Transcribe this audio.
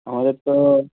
আমাদের তো